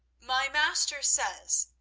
my master says,